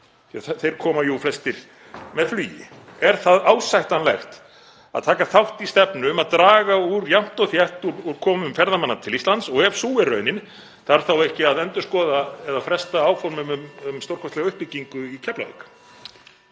að þeir koma jú flestir með flugi? Er það ásættanlegt að taka þátt í stefnu um að draga jafnt og þétt úr komum ferðamanna til Íslands og ef sú er raunin þarf þá ekki að endurskoða eða fresta áformum um stórkostlega uppbyggingu í Keflavík?